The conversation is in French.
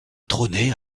trônait